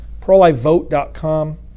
prolifevote.com